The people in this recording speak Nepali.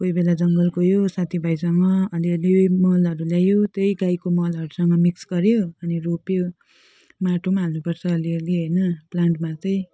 कोही बेला जङ्गल गयो साथी भाइसँग अलि अलि मलहरू ल्यायो त्यही गाईको मलहरूसँग मिक्स गर्यो अनि रोप्यो माटो हाल्नु पर्छ अलि अलि होइन प्लान्टमा चाहिँ